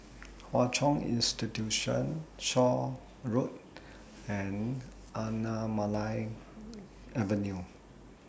Hwa Chong Institution Shaw Road and Anamalai Avenue